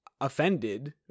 offended